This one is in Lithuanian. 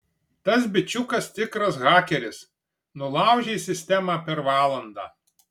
tas bičiukas tikras hakeris nulaužė sistemą per valandą